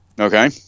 Okay